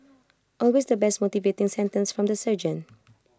always the best motivating sentence from the sergeant